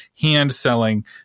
hand-selling